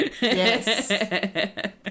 yes